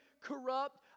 corrupt